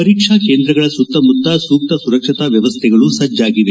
ಪರೀಕ್ಷಾ ಕೇಂದ್ರಗಳ ಸುತ್ತಮುತ್ತ ಸೂಕ್ತ ಸುರಕ್ಷತಾ ವ್ಯವಸ್ಥೆಗಳು ಸಜ್ಲಾಗಿವೆ